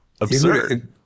absurd